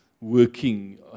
working